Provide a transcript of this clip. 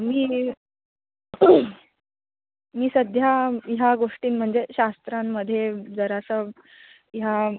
मी मी मी सध्या ह्या गोष्टीं म्हणजे शास्त्रांमध्ये जरासं ह्या